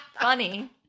funny